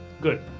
good